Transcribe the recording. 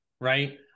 Right